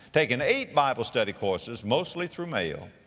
taken eight bible study courses, mostly through mail.